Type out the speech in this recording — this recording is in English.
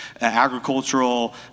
agricultural